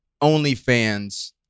OnlyFans